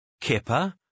Kipper